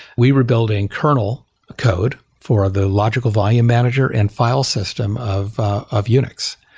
we were building kernel code for the logical volume manager and file system of ah of unix,